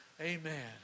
Amen